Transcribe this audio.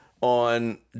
on